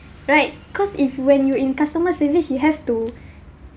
right cause if when you in customer service you have to